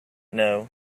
know